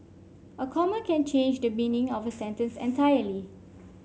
a comma can change the meaning of a sentence entirely